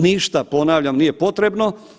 Ništa, ponavljam nije potrebno.